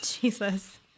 Jesus